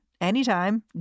anytime